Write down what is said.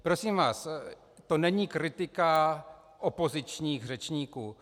Prosím vás, to není kritika opozičních řečníků.